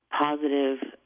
positive